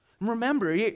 Remember